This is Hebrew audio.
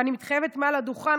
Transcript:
ואני מתחייבת מעל הדוכן,